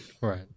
Right